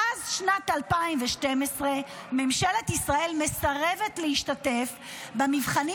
מאז שנת 2012 ממשלת ישראל מסרבת להשתתף במבחנים